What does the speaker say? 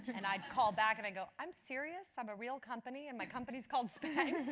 and i'd call back and i'd go, i'm serious, i'm a real company and my company's called spanx.